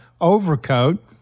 overcoat